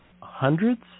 Hundreds